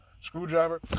screwdriver